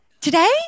today